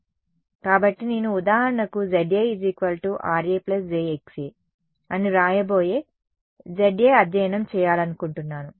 కాబట్టి నేను ఉదాహరణకు Za Ra jXa అని వ్రాయబోయే Za అధ్యయనం చేయాలనుకుంటున్నాను